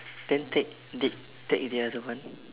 then take take take the other one